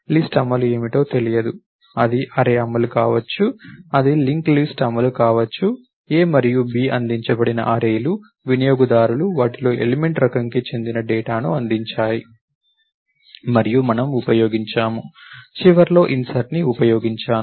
list అమలు ఏమిటో తెలియదు ఇది అర్రే అమలు కావచ్చు ఇది లింక్ లిస్ట్ అమలు కావచ్చు a మరియు b అందించబడిన అర్రేలు వినియోగదారులు వాటిలో ఎలిమెంట్ రకం కి చెందిన డేటాను అందించారు మరియు మనము ఉపయోగించాము చివరలో ఇన్సర్ట్ ని ఉపయోగించాను